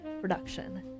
production